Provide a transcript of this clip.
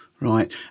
Right